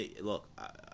look